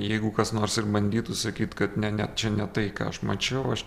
jeigu kas nors ir bandytų sakyt kad ne ne čia ne tai ką aš mačiau aš